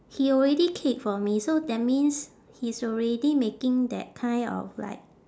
he already kick for me so that means he's already making that kind of like